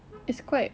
it's quite